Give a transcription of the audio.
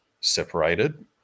separated